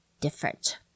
different